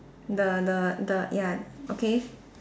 the the the ya okay